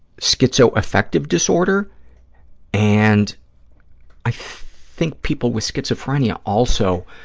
schizoaffective disorder and i think people with schizophrenia also